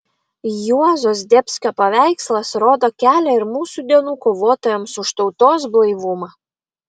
juozo zdebskio paveikslas rodo kelią ir mūsų dienų kovotojams už tautos blaivumą